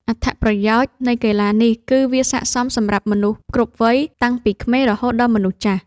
អត្ថប្រយោជន៍នៃកីឡានេះ គឺវាស័ក្តិសមសម្រាប់មនុស្សគ្រប់វ័យ តាំងពីក្មេងរហូតដល់មនុស្សចាស់។